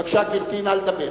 בבקשה, גברתי, נא לדבר.